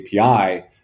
API